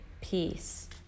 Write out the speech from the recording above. peace